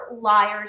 liars